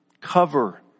Cover